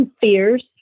fears